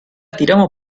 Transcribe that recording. tiramos